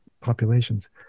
populations